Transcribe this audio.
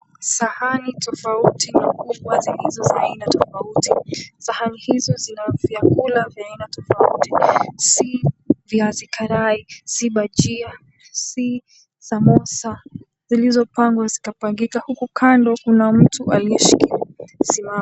Sahani tofauti na kubwa zilizo za aina tofauti. Sahani hizo zina vyakula vya aina tofauti. si viazi, si bajia, si samosa. zilizopangwa zikapangika. huku kando kuna mtu aliyeishika simu.